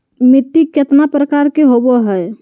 मिट्टी केतना प्रकार के होबो हाय?